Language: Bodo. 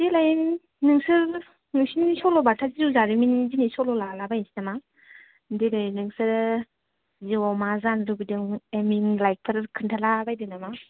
देलाय नोंसोर नोंसिनि सल' बाथा जिउ जारिमिन दिनै सल' लाला बायसै नामा दिनै नोंसोरो जिउयाव मा जानो लुबैदों एम इन लाइप फोर खोनथाला बायदो नामा